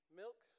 milk